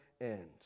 end